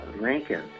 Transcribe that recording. Lincoln